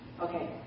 okay